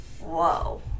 Whoa